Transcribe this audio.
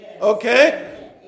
Okay